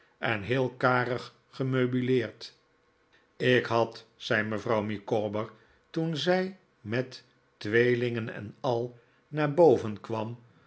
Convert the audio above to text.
en heel karig gemeubileerd ik had zei mevrouw micawber toen zij met tweelingen en al naar boven kwam